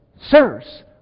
Sirs